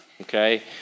okay